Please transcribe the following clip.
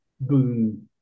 boom